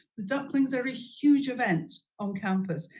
the duck lngs are a huge event on campus.